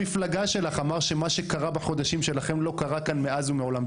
אמר שמה שקרה בחודשים שלכם לא קרה כאן מאז ומעולם,